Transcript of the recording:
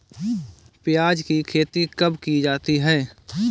प्याज़ की खेती कब की जाती है?